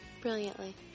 Brilliantly